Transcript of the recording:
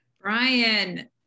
Brian